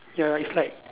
ya it's like